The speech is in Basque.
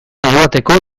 eroateko